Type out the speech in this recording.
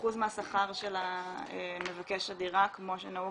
אחוז מהשכר של מבקש הדירה, כמו שנהוג